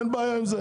אין בעיה עם זה.